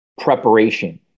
preparation